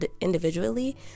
individually